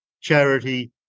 charity